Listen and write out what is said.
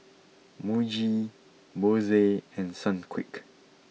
Muji Bose and Sunquick